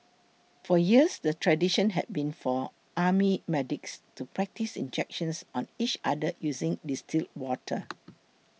for years the tradition had been for army medics to practise injections on each other using distilled water